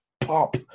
Pop